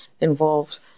involved